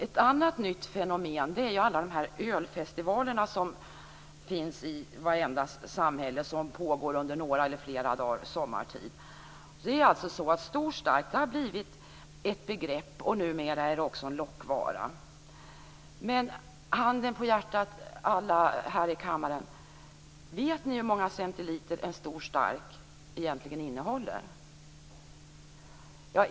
Ett annat nytt fenomen är alla de ölfestivaler som finns i vartenda samhälle och som pågår under några dagar, eller flera dagar, sommartid. Det är alltså så att stor stark har blivit ett begrepp. Numera är det också en lockvara. Men handen på hjärtat alla här i kammaren: Vet ni hur många centiliter en stor stark egentligen innehåller?